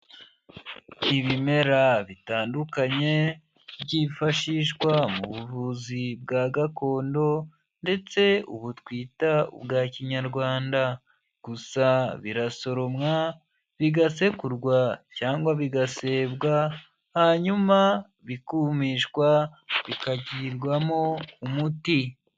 Ibimera bitandukanye byifashishwa mu buvuzi bwa gakondo, ndetse ubu twita ubwa Kinyarwanda, gusa birasoromwa bigasekurwa cyangwa bigasebwa hanyuma bikumishwa bikagirwamo umuti.